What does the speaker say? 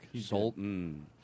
Sultan